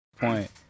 point